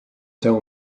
tell